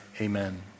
Amen